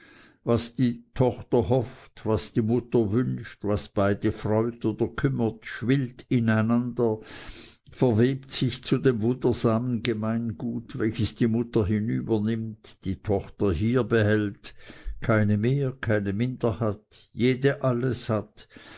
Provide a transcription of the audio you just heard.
was die tochter hofft was die mutter wünscht was beide freut oder kümmert schwillt ineinander verwebt sich zu dem wundersamen gemeingut welches die mutter hinübernimmt die tochter hier behält keine mehr keine minder hat jede alles hat